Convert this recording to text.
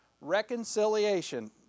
Reconciliation